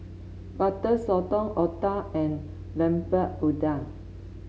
Butter Sotong Otah and Lemper Udang